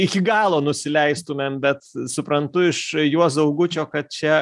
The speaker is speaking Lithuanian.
iki galo nusileistumėm bet suprantu iš juozo augučio kad čia